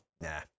Nah